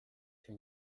się